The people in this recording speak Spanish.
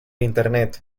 internet